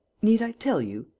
need i tell you?